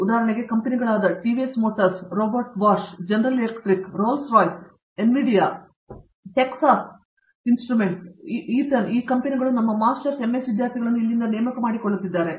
ಉದಾಹರಣೆಗೆ ಕಂಪೆನಿಗಳಾದ TVS Motors Robert Bosch General Electric Rolls Royce Nvidia Texas ನುಡಿಸುವಿಕೆ ಈಟನ್ ಈ ಕಂಪನಿಗಳು ನಮ್ಮ ಮಾಸ್ಟರ್ಸ್ ಎಂಎಸ್ ವಿದ್ಯಾರ್ಥಿಗಳನ್ನು ಇಲ್ಲಿಂದ ನೇಮಕ ಮಾಡಿಕೊಳ್ಳುತ್ತಿದ್ದಾರೆ